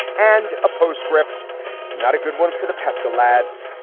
and a postscript and not a good one for the pascha lads.